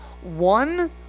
One